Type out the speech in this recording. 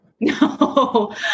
No